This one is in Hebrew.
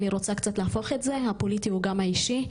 אני רוצה קצת להפוך את זה: הפוליטי הוא גם האישי,